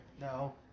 No